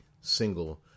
single